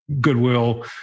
goodwill